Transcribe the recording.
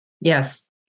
Yes